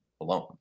alone